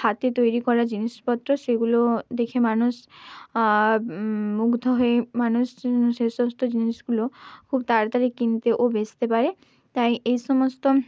হাতে তৈরি করা জিনিসপত্র সেগুলো দেখে মানুষ মুগ্ধ হয়ে মানুষ সেই সমস্ত জিনিসগুলো খুব তাড়াতাড়ি কিনতে ও বেচতে পারে তাই এই সমস্ত